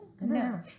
No